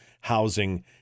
housing